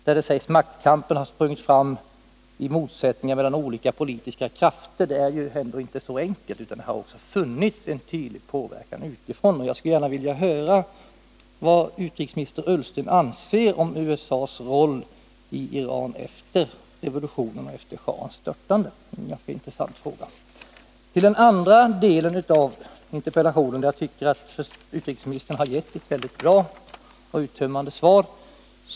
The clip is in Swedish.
Där sägs det att ”våldet har framsprungit ur maktkampen mellan de olika politiska krafterna”. Men det är ju inte så enkelt. Det har också förekommit en tydlig påverkan utifrån. Jag skulle gärna vilja höra vad utrikesminister Ullsten anser om USA:s roll 9 i Iran efter revolutionen och schahens störtande, för det är en ganska intressant fråga. När det gäller den andra delen av interpellationen tycker jag att utrikesministern har gett ett mycket bra och uttömmande svar.